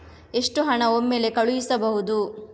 ಎಷ್ಟು ಹಣ ಒಮ್ಮೆಲೇ ಕಳುಹಿಸಬಹುದು?